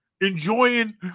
enjoying